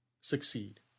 succeed